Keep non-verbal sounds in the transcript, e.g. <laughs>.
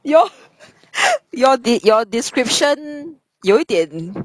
your <laughs> your de~ your description 有一点